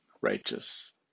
righteous